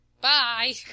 Bye